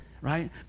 right